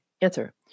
answer